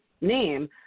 name